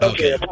Okay